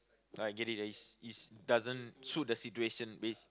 I get is is doesn't suit the situation based